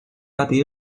蛱蝶